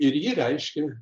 ir ji reiškė